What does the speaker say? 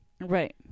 Right